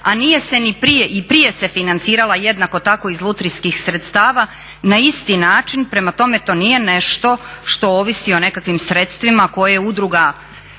a nije se ni prije, i prije se financirala jednako tako iz lutrijskih sredstava na isti način. Prema tome, to nije nešto što ovisi o nekakvim sredstvima koje udruga